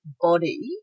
body